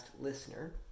listener